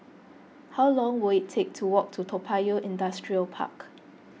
how long will it take to walk to Toa Payoh Industrial Park